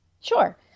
Sure